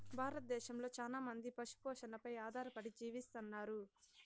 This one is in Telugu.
భారతదేశంలో చానా మంది పశు పోషణపై ఆధారపడి జీవిస్తన్నారు